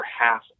half